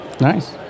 Nice